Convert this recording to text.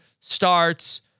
starts